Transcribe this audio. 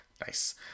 Nice